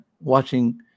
watching